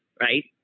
Right